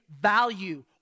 value